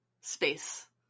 space